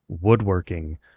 woodworking